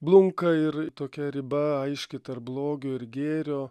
blunka ir tokia riba aiški tarp blogio ir gėrio